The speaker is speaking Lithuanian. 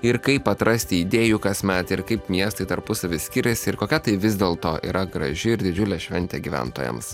ir kaip atrasti idėjų kasmet ir kaip miestai tarpusavy skiriasi ir kokia tai vis dėlto yra graži ir didžiulė šventė gyventojams